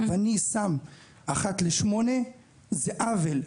ואני שם אחת לשמונה זה עוול,